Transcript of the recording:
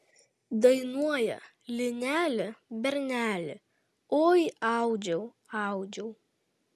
dainuoja lineli berneli oi audžiau audžiau